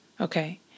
okay